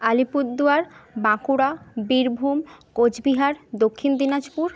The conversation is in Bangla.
আলিপুরদুয়ার বাঁকুড়া বীরভূম কোচবিহার দক্ষিণ দিনাজপুর